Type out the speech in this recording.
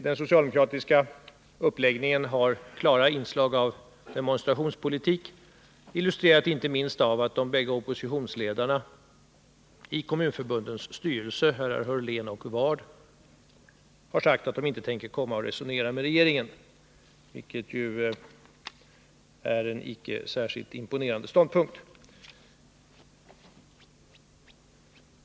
Den socialdemokratiska uppläggningen har klara inslag av demonstrationspolitik, illustrerad inte minst av att de bägge oppositionsledarna i kommunförbundens styrelser, herrar Hörlén och Ward, har sagt att de inte tänker resonera om detta med regeringen — en icke särskilt imponerande ståndpunkt.